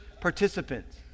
participants